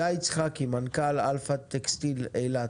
גיא יצחקי, מנכ"ל אלפא טקטיקל אילת.